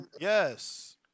Yes